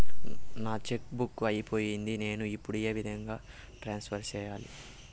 నా cheque book అయిపోయింది నేను ఇప్పుడు ఏ విధంగా ట్రాన్స్ఫర్ సేయాలి?